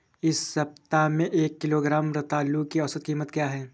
इस सप्ताह में एक किलोग्राम रतालू की औसत कीमत क्या है?